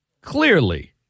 clearly